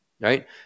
right